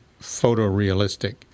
photorealistic